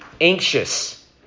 anxious